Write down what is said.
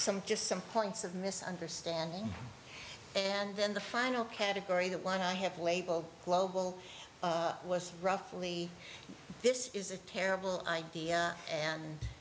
some just some points of misunderstanding and then the final category that line i have labeled global was roughly this is a terrible idea and